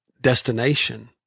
destination